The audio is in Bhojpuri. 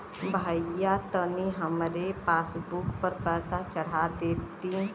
भईया तनि हमरे पासबुक पर पैसा चढ़ा देती